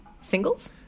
singles